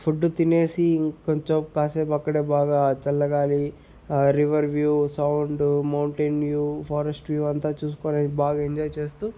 food తినేసి ఇంకొంచెం కాసేపు అక్కడే బాగా చల్లగాలి river view sound mountain view forest view అంతా చూసుకొని బాగా ఎంజాయ్ చేస్తూ